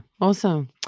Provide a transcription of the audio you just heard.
awesome